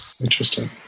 interesting